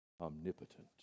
omnipotent